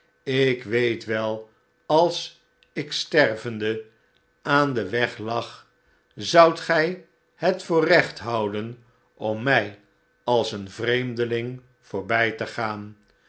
ik weet wel als ik stervende aan den weg lag zoudt gij het voor recht houden om mi als een vreemdeling voorbij te gaan